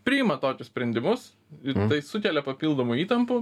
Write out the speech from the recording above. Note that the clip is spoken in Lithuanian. priima tokius sprendimus ir tai sukelia papildomų įtampų